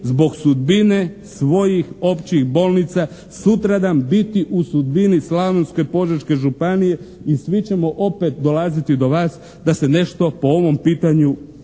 zbog sudbine svojih općih bolnica sutradan biti u sudbini Slavonsko-požeške županije i svi ćemo opet dolaziti do vas da se nešto po ovom pitanju pokuša